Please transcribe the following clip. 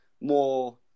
more